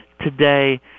today